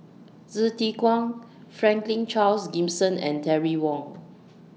Hsu Tse Kwang Franklin Charles Gimson and Terry Wong